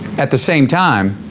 at the same time